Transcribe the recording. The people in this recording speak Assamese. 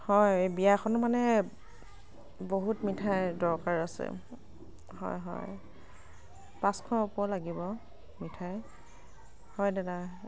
হয় বিয়াখন মানে বহুত মিঠাইৰ দৰকাৰ আছে হয় হয় পাঁচশৰ ওপৰ লাগিব মিঠাই হয় দাদা